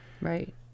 Right